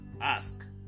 ask